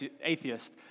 atheist